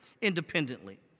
independently